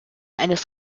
eines